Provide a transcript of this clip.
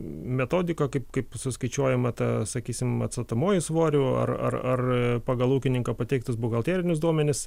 metodika kaip kaip suskaičiuojama ta sakysim atstatomoji svorio ar ar ar pagal ūkininko pateiktus buhalterinius duomenis